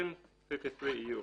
(2014/53/EU)"."